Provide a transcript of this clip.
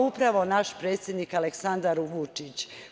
Upravo naš predsednik Aleksandar Vučić.